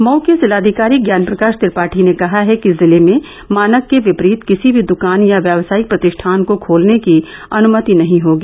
मऊ के जिलाधिकारी ज्ञान प्रकाश त्रिपाठी ने कहा है कि जिले में मानक के विपरीत किसी भी दुकान या व्यावसायिक प्रतिष्ठान को खोलने की अनुमति नहीं होगी